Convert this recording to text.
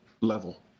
level